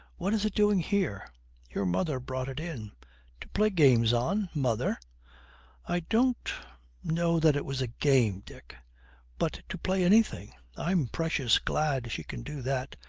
what is it doing here your mother brought it in to play games on? mother i don't know that it was a game, dick but to play anything! i'm precious glad she can do that.